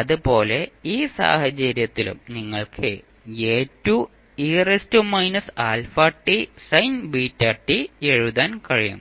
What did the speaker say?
അതുപോലെ ഈ സാഹചര്യത്തിലും നിങ്ങൾക്ക് എഴുതാൻ കഴിയും